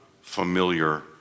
familiar